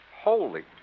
Holy